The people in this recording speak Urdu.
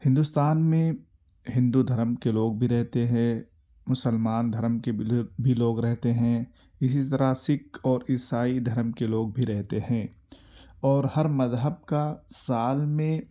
ہندوستان میں ہندو دھرم کے لوگ بھی رہتے ہیں مسلمان دھرم کے بھی لوگ رہتے ہیں اسی طرح سکھ اور عیسائی دھرم کے لوگ بھی رہتے ہیں اور ہر مذہب کا سال میں